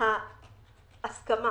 ההסכמה